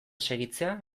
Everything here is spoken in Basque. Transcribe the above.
segitzea